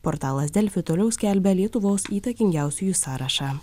portalas delfi toliau skelbia lietuvos įtakingiausiųjų sąrašą